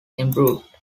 improved